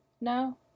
No